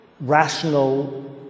rational